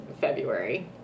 February